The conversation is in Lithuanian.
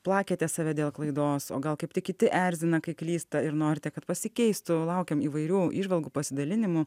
plakėte save dėl klaidos o gal kaip tik kiti erzina kai klysta ir norite kad pasikeistų laukiam įvairių įžvalgų pasidalinimų